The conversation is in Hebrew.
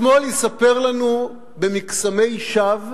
השמאל יספר לנו במקסמי שווא,